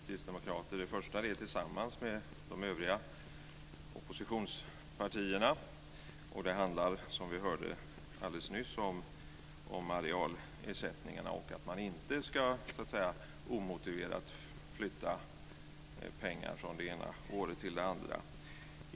Fru talman! Till det här betänkandet har vi kristdemokrater fogat två särskilda yttranden. Det första har vi tillsammans med de övriga oppositionspartierna, och det handlar, som vi hörde alldeles nyss, om arealersättningarna och att man inte ska omotiverat flytta pengar från det ena året till det andra.